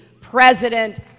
president